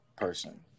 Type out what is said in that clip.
person